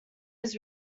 his